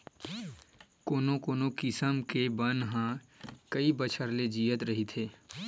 कोनो कोनो किसम के बन ह कइ बछर ले जियत रहिथे